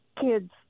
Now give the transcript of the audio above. kids